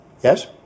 yes